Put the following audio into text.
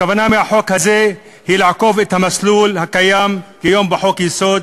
הכוונה של החוק הזה היא לעקוף את המסלול הקיים כיום בחוק-יסוד,